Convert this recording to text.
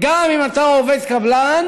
גם אם אתה עובד קבלן,